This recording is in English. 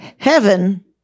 Heaven